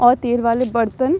اور تیل والے برتن